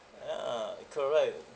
ya correct